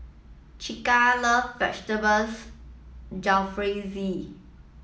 Chaka loves Vegetables Jalfrezi